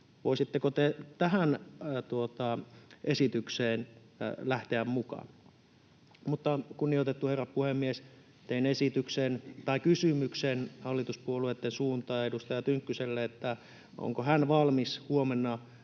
Voisitteko te tähän esitykseen lähteä mukaan? Kunnioitettu herra puhemies! Teen kysymyksen hallituspuolueitten suuntaan edustaja Tynkkyselle, onko hän valmis huomenna